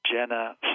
Jenna